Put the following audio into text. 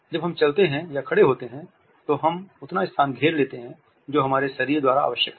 जब हम चलते हैं या खड़े होते हैं तो हम उतना स्थान घेर लेते हैं जो हमारे शरीर द्वारा आवश्यक है